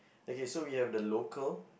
okay so we have the local